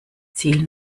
ziel